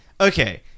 Okay